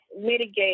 mitigate